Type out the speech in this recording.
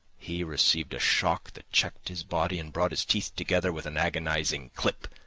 he received a shock that checked his body and brought his teeth together with an agonizing clip.